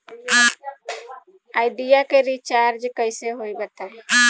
Idea के recharge कइसे होई बताईं?